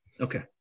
okay